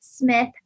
Smith